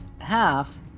half